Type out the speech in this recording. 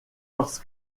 parce